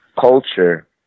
culture